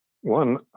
one